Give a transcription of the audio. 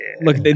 look